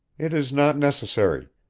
it is not necessary.